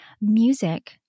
music